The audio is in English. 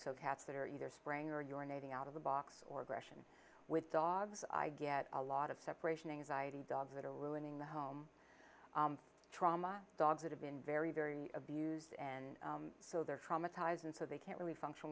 cats that are either spring or your navy out of the box or aggression with dogs i get a lot of separation anxiety dogs that are ruining the home trauma dogs that have been very very abused and so they're traumatized and so they can't really function